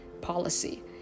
policy